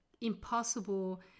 impossible